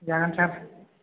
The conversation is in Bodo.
जागोन सार